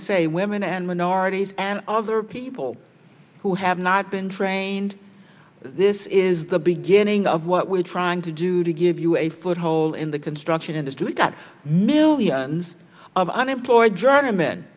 to say women and minorities and other people who have not been trained this is the beginning of what we're trying to do to give you a foothold in the construction industry that millions of unemployed